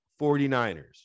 49ers